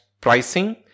Pricing